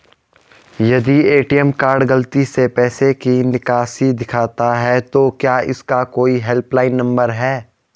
यदि ATM card गलती से पैसे की निकासी दिखाता है तो क्या इसका कोई हेल्प लाइन नम्बर है?